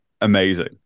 amazing